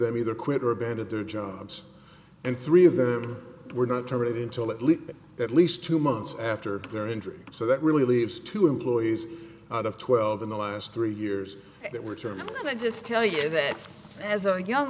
them either quit or abandon their jobs and three of them were not terminated until at least at least two months after their injury so that really leaves two employees out of twelve in the last three years that were terrible and i just tell you that as a young